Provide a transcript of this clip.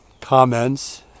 comments